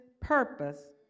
purpose